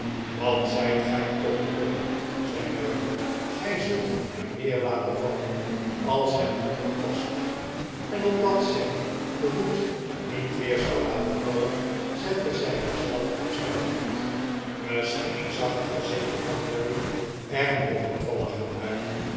wat zijt gij toch lomp zei mary gij zult hem weer laten vallen als gij niet oppast en opdat sam den hoed niet weer zou laten vallen zette zij hem zelf op zijn hoofd misschien zag het gezichtje van mary er nog bevalliger uit